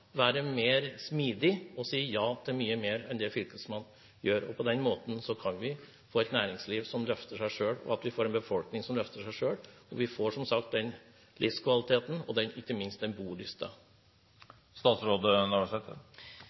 være mer smidig og si ja til mye mer enn han gjør. På den måten kan vi få et næringsliv som løfter seg selv, og en befolkning som løfter seg selv, og som sagt få ikke minst livskvalitet og